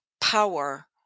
power